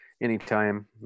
anytime